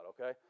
okay